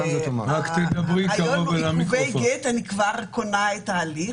לגבי עיכובי גט, אני כבר קונה את ההליך.